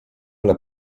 alla